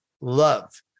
love